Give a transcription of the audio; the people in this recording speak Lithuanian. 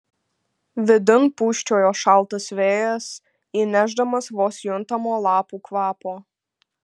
vidun pūsčiojo šaltas vėjas įnešdamas vos juntamo lapų kvapo